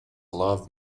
love